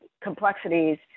complexities